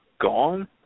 gone